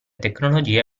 tecnologie